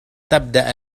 تبدأ